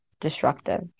destructive